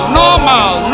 normal